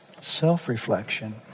Self-reflection